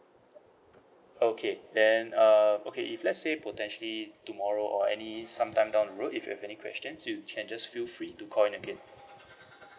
okay then uh okay if lets say potentially tomorrow or any sometime down the road if you have any questions you can just feel free to call in again